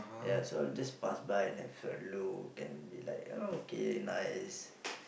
ya so just pass by and have a look and will be like oh okay nice